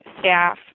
staff